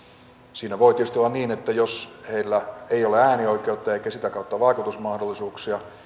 siinä voi tietysti olla niin että jos heillä ei ole äänioikeutta eikä sitä kautta vaikutusmahdollisuuksia